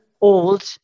old